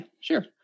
sure